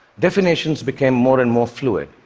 definitions became more and more fluid.